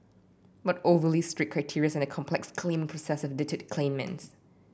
but overly strict criteria and a complex claiming process have deterred claimants